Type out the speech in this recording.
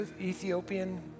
Ethiopian